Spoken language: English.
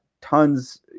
tons